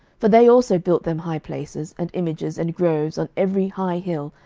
for they also built them high places, and images, and groves, on every high hill,